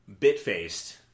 BitFaced